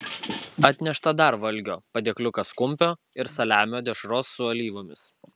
atnešta dar valgio padėkliukas kumpio ir saliamio dešros su alyvomis